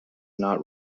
not